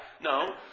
No